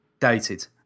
dated